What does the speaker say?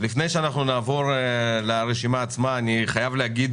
לפני שנעבור לרשימה עצמה אני חייב להגיד